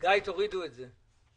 תורידו את זה.